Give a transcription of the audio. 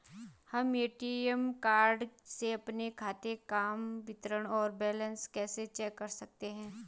हम ATM card से अपने खाते काम विवरण और बैलेंस कैसे चेक कर सकते हैं?